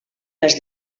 les